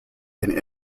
than